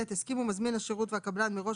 (ב) הסכימו מזמין השירות והקבלן מראש